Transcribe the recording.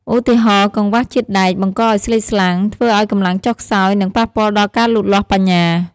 ឧទាហរណ៍ កង្វះជាតិដែក បង្កឱ្យស្លេកស្លាំង ធ្វើឱ្យកម្លាំងចុះខ្សោយ និងប៉ះពាល់ដល់ការលូតលាស់បញ្ញា។